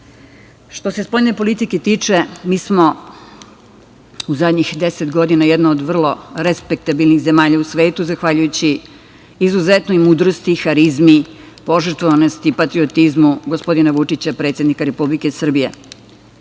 se spoljne politike tiče, mi smo u poslednjih 10 godina jedna od vrlo respektabilnih zemalja u svetu, zahvaljujući izuzetnoj mudrosti i harizmi, požrtvovanosti i patriotizmu gospodina Vučića, predsednika Republike